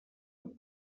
amb